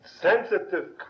sensitive